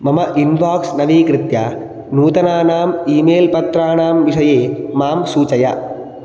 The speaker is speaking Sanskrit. मम इन्बाक्स नवीकृत्य नूतनानाम् ई मेल् पत्राणां विषये मां सूचय